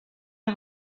les